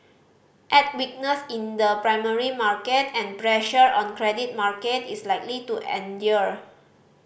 add weakness in the primary market and pressure on credit market is likely to endure